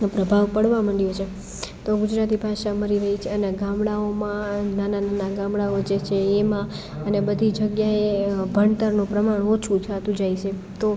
પ્રભાવ પડવા મંડ્યો છે તો ગુજરાતી ભાષા મરી રહી છે અને ગામડાઓમાં નાના નાના ગામડાઓ જે છે એમાં અને બધી જગ્યાએ ભણતરનું પ્રમાણ ઓછું થાતું જાય છે તો